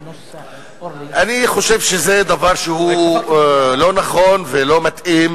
אני חושב שזה דבר שהוא לא נכון ולא מתאים,